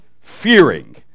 fearing